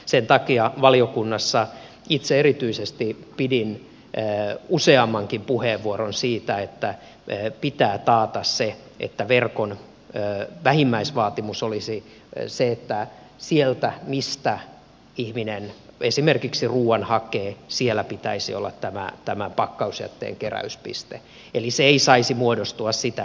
sen takia valiokunnassa itse erityisesti pidin useammankin puheenvuoron siitä että pitää taata se että verkon vähimmäisvaatimus olisi se että siellä mistä ihminen esimerkiksi ruuan hakee pitäisi olla tämä pakkausjätteen keräyspiste eli etäisyys ei saisi muodostua sitä pidemmäksi